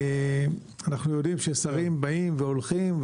אנחנו יודעים ששרים באים והולכים,